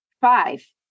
Five